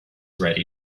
ready